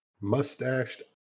mustached